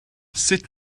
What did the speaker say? sut